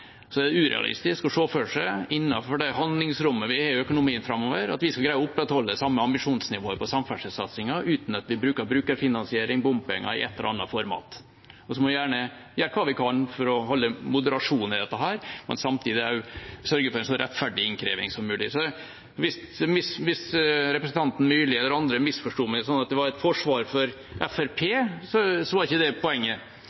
økonomien framover, at vi skal greie å opprettholde det samme ambisjonsnivået på samferdselssatsingen uten at vi bruker brukerfinansiering, bompenger, i et eller annet format. Så må vi gjerne gjøre hva vi kan for å holde moderasjon i dette, men samtidig også sørge for en så rettferdig innkreving som mulig. Hvis representanten Myrli eller andre misforsto meg og trodde det var et forsvar for